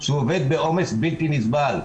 שעובד בעומס בלתי נסבל.